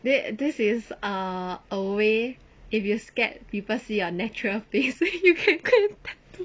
then this is err a away if you scared people see your natural face then you go and tattoo